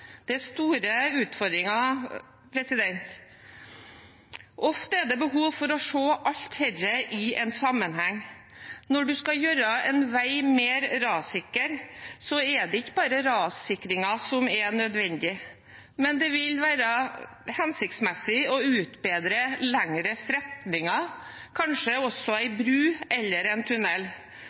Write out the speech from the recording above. Det er store utfordringer. Ofte er det behov for å se alt dette i en sammenheng. Når du skal gjøre en vei mer rassikker, er det ikke bare rassikringen som er nødvendig; det vil være hensiktsmessig å utbedre lengre strekninger, kanskje også en bro eller en tunnel.